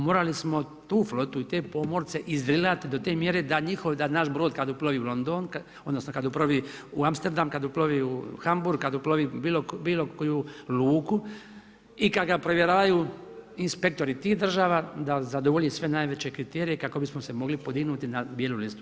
Morali smo tu flotu i te pomorce izdrilati, do te mjere, da njihov, da naš brod, kada uplovi u London, odnosno, kada uplovi u Amsterdam, kada uplovi u Hamburg, kada uplovi bilo koju luku i kada ga povjeravaju inspektori tih država, da zadovolji sve najveće kriterije, kako bismo se mogli podignuti na bijelu listu.